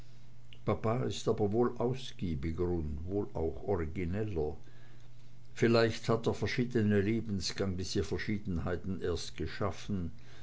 papa ist aber ausgiebiger und auch wohl origineller vielleicht hat der verschiedene lebensgang diese verschiedenheiten erst geschaffen